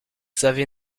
savez